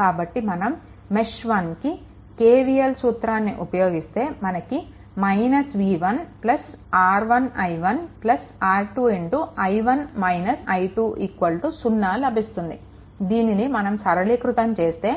కాబట్టి మనం మెష్1కి KVL సూత్రాన్ని ఉపయోగిస్తే మనకు v1 R1 I1 R2 0 లభిస్తుంది దీనిని మనం సరళీకృతం చేస్తే